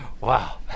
Wow